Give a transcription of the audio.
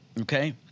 Okay